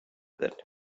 that